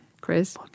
Chris